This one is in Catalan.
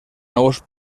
nous